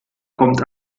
kommt